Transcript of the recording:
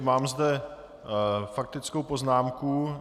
Mám zde faktickou poznámku.